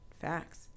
facts